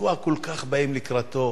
מדוע כל כך באים לקראתה.